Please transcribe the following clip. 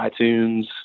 iTunes